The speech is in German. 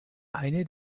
eine